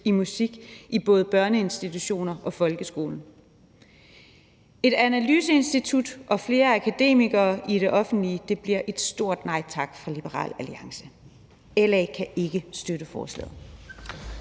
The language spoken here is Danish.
i musik både i børneinstitutioner og folkeskolen. Et analyseinstitut og flere akademikere i det offentlige – det bliver et stort nej tak fra Liberal Alliance. LA kan ikke støtte forslaget.